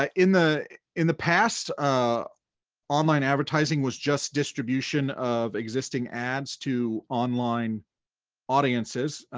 ah in the in the past, ah online advertising was just distribution of existing ads to online audiences.